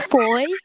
boy